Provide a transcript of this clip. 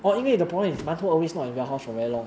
what you need the point is always long and warehouse for very long